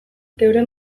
geure